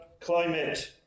climate